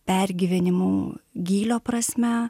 pergyvenimų gylio prasme